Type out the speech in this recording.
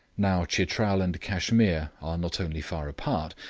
now chitral and cashmere are not only far apart,